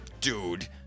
Dude